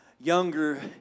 younger